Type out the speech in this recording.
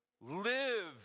Live